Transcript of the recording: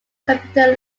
computer